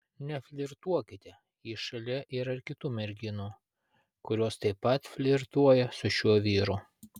neflirtuokite jei šalia yra ir kitų merginų kurios taip pat flirtuoja su šiuo vyru